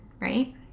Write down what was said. right